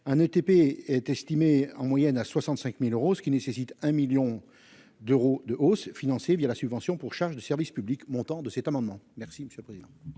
un ETP est estimé en moyenne à 65000 euros, ce qui nécessite un 1000000 d'euros de hausse financé via la subvention pour charges de service public, montant de cet amendement, merci monsieur le président.